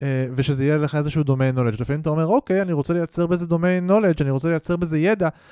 ושזה יהיה לך איזשהו domain knowledge. לפעמים אתה אומר אוקיי, אני רוצה לייצר בזה domain knowledge, אני רוצה לייצר בזה ידע.